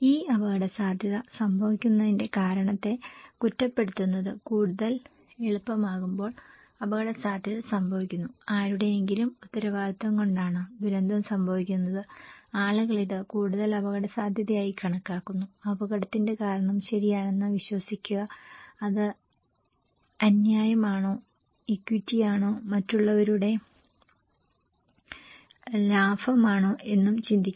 ഈ അപകടസാധ്യത സംഭവിക്കുന്നതിന്റെ കാരണത്തെ കുറ്റപ്പെടുത്തുന്നത് കൂടുതൽ എളുപ്പമാകുമ്പോൾ അപകടസാധ്യത സംഭവിക്കുന്നു ആരുടെയെങ്കിലും ഉത്തരവാദിത്തം കൊണ്ടാണ് ദുരന്തം സംഭവിക്കുന്നത് ആളുകൾ ഇത് കൂടുതൽ അപകടസാധ്യതയായി കണക്കാക്കുന്നു അപകടത്തിന്റെ കാരണം ശരിയാണെന്ന് വിശ്വസിക്കുക അത് അന്യായമാണോ ഇക്വിറ്റിയാണോ മറ്റുള്ളവരുടെ ലാഭമാണോ എന്നും ചിന്തിക്കുന്നു